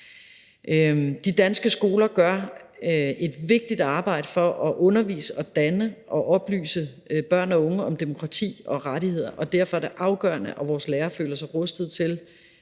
De danske skoler gør et vigtigt arbejde for at undervise og danne og oplyse børn og unge om demokrati og rettigheder, og derfor er det afgørende, at vores lærere føler sig rustet til